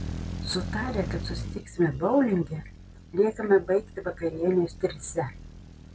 sutarę kad susitiksime boulinge liekame baigti vakarienės trise